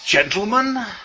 Gentlemen